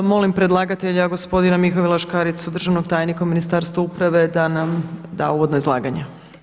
Molim predlagatelja gospodina Mihovila Škaricu, državnog tajnika u Ministarstvu uprave da nam da uvodno izlaganje.